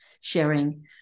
sharing